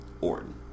Orton